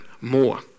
more